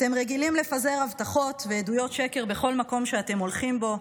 אתם רגילים לפזר הבטחות ועדויות שקר בכל מקום שאתם הולכים אליו,